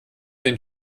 dem